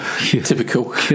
Typical